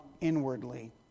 inwardly